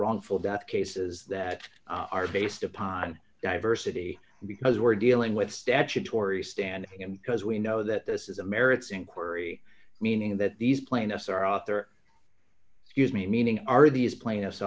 wrongful death cases that are based upon diversity because we're dealing with statutory stand because we know that this is a merits inquiry meaning that these plaintiffs are there here's me meaning are these plaintiffs